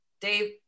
Dave